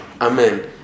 amen